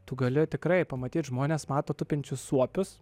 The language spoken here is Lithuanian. tu gali tikrai pamatyti žmones mato tupinčius suopius